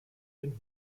den